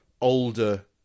older